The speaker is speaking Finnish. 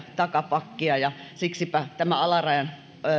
takapakkia ja siksipä tämä alarajan